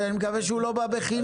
אני מקווה שהוא לא בא בחינם.